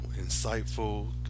insightful